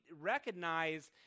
recognize